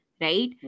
right